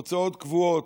הוצאות קבועות,